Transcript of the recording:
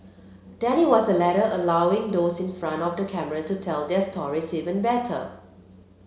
Danny was the latter allowing those in front of the camera to tell their stories even better